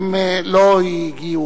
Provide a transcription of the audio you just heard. הם לא הגיעו.